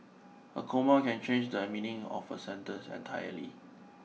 a comma can change the meaning of a sentence entirely